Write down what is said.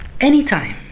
anytime